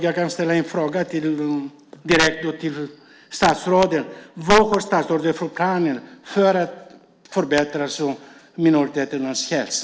Jag vill ställa en fråga till statsrådet. Vad har statsrådet för planer för att förbättra minoriteternas hälsa?